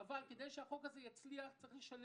אבל כדי שהחוק הזה יצליח צריך שכל